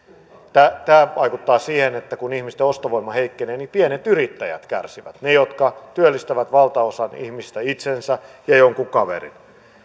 tämä tämä vaikuttaa siihen että kun ihmisten ostovoima heikkenee niin pienet yrittäjät kärsivät ne jotka työllistävät valtaosan ihmisistä itsensä ja jonkun kaverin